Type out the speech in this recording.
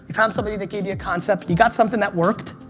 you found somebody that gave you a concept. you got something that worked,